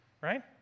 right